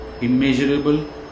immeasurable